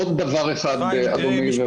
עוד דבר אחד חשוב מאוד, אדוני.